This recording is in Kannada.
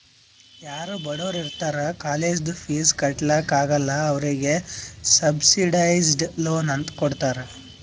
ಯಾರೂ ಬಡುರ್ ಇರ್ತಾರ ಕಾಲೇಜ್ದು ಫೀಸ್ ಕಟ್ಲಾಕ್ ಆಗಲ್ಲ ಅವ್ರಿಗೆ ಸಬ್ಸಿಡೈಸ್ಡ್ ಲೋನ್ ಕೊಡ್ತಾರ್